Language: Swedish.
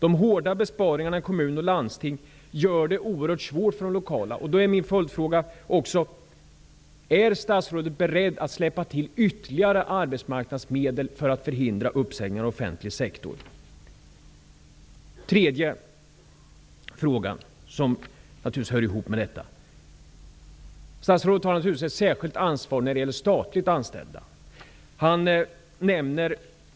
De hårda besparingarna i kommuner och landsting gör det oerhört svårt för de lokala arbetsgivarna. Då blir min följdfråga: Är statsrådet beredd att släppa till ytterligare arbetsmarknadsmedel för att förhindra uppsägningar i den offentliga sektorn? Sedan kommer den tredje frågan, som naturligtvis hör ihop med detta. Statsrådet har ett särskilt ansvar när det gäller statligt anställda.